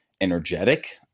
energetic